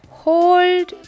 hold